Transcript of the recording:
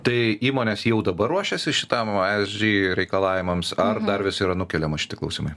tai įmonės jau dabar ruošiasi šitam esg reikalavimams ar dar vis yra nukeliama šiti klausimai